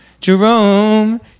Jerome